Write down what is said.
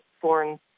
foreign